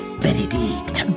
benedict